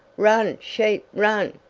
run, sheep, run!